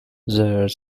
there